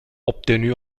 obtenu